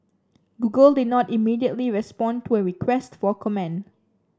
google did not immediately respond to a request for comment